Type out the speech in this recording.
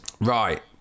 Right